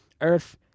Earth